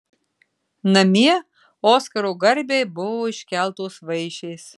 namie oskaro garbei buvo iškeltos vaišės